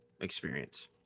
experience